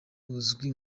uzwi